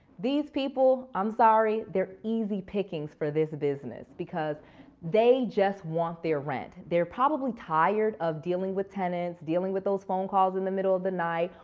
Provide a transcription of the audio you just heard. these people, i'm sorry, they're easy pickings for this business because they just want their rent. they're probably tired of dealing with tenants. dealing with those phone calls in the middle of the night.